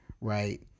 right